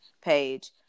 page